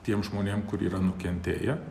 tiem žmonėm kur yra nukentėję